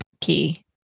key